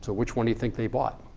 so which one do you think they bought?